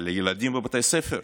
על ילדים בבתי ספר,